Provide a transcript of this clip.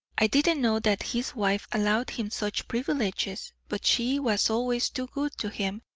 i didn't know that his wife allowed him such privileges but she was always too good to him,